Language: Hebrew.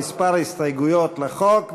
כמה הסתייגויות לחוק,